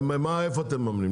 איפה אתם מממנים?